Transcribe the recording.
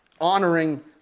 honoring